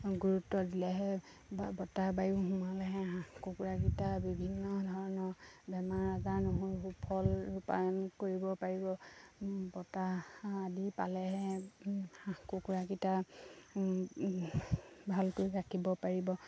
গুৰুত্ব দিলেহে বতাহ বায়ু সোমালেহে হাঁহ কুকুৰাকেইটা বিভিন্ন ধৰণৰ বেমাৰ আজাৰ নহয় সুফল ৰূপায়ন কৰিব পাৰিব বতাহ আদি পালেহে হাঁহ কুকুৰাকেইটা ভালকৈ ৰাখিব পাৰিব